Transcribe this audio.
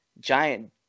giant